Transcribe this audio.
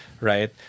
right